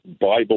Bible